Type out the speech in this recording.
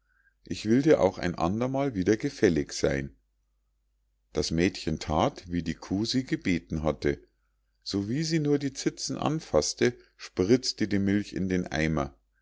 ich will dir auch ein andermal wieder gefällig sein das mädchen that wie die kuh sie gebeten hatte sowie sie nur die zitzen anfaßte spritzte die milch in den eimer